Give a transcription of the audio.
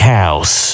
house